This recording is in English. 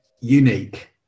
unique